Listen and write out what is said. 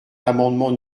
l’amendement